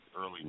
early